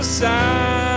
side